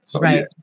Right